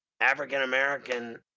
African-American